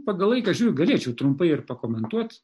pagal laiką žiūriu galėčiau trumpai ir pakomentuot